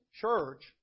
church